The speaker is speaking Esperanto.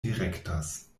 direktas